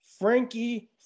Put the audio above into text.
Frankie